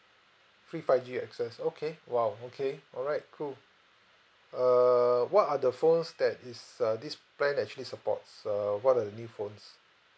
free five G access okay !wow! okay all right cool err what are the phones that is uh this plan actually supports err what are the new phones